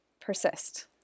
persist